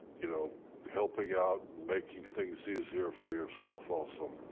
you know helping out making things easier for yourself also?